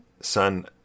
Son